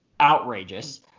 outrageous